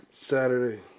Saturday